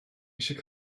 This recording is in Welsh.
eisiau